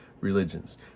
Religions